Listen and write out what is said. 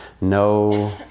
no